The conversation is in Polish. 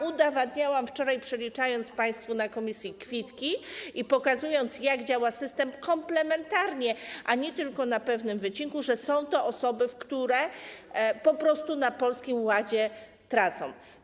Udowadniałam wczoraj, przeliczając państwu na posiedzeniu komisji kwitki i pokazując, jak działa system, komplementarnie, a nie tylko na pewnym wycinku, że są to osoby, które na Polskim Ładzie tracą.